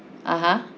(uh huh)